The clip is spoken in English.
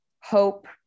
hope